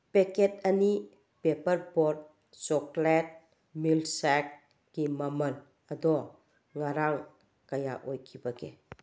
packet ꯑꯅꯤ paper ꯕꯣꯠ chocolate ꯃꯤꯜꯛꯁꯦꯛꯀꯤ ꯃꯃꯜ ꯑꯗꯣ ꯉꯔꯥꯡ ꯀꯌꯥ ꯑꯣꯏꯈꯤꯕꯒꯦ